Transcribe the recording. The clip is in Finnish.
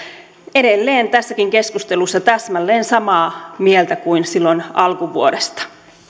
edelleen tässäkin keskustelussa täsmälleen samaa mieltä kuin silloin alkuvuodesta